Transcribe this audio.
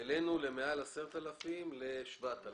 העלינו למעל 10,000 איש 7,000 שקל.